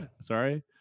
Sorry